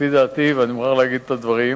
לפי דעתי, ואני מוכרח להגיד את הדברים,